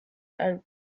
are